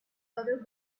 other